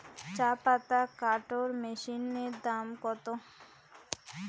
চাপাতা কাটর মেশিনের দাম কত?